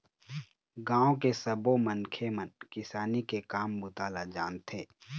गाँव के सब्बो मनखे मन किसानी के काम बूता ल जानथे